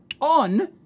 on